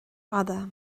fhada